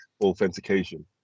authentication